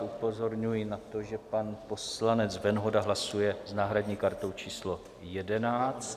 Upozorňuji na to, že pan poslanec Venhoda hlasuje s náhradní kartou číslo 11.